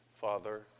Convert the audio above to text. Father